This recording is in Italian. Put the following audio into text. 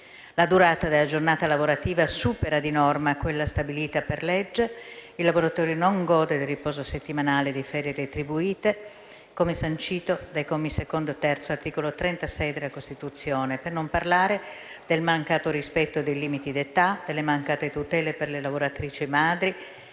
La durata della giornata lavorativa supera di norma quella stabilita per legge e il lavoratore non gode del riposo settimanale e di ferie retribuite, come sancito dai commi secondo e terzo dell'articolo 36 della Costituzione. Non parliamo poi del mancato rispetto dei limiti di età e delle mancate tutele per le lavoratrici madri,